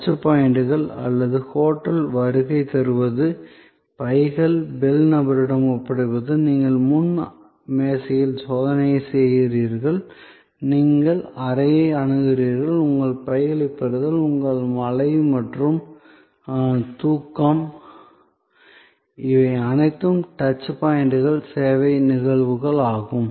touch பாயிண்டுகள் அல்லது ஹோட்டலுக்கு வருகை தருவது பைகளை பெல் நபரிடம் ஒப்படைப்பது நீங்கள் முன் மேசையில் சோதனை செய்கிறீர்கள் நீங்கள் அறையை அணுகுகிறீர்கள் மற்றும் பைகளைப் பெறுதல் உங்கள் மழை மற்றும் தூக்கம் இவை அனைத்தும் டச் பாயிண்டுகள் சேவை நிகழ்வுகள் ஆகும்